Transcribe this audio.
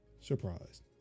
surprised